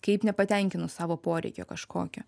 kaip nepatenkinus savo poreikio kažkokio